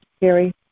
Gary